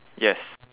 yes